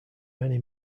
many